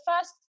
first